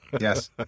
Yes